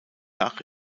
dach